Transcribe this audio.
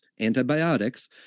antibiotics